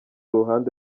ruhande